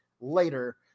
later